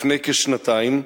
לפני כשנתיים,